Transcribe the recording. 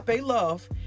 love